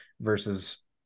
versus